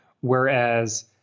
Whereas